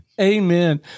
amen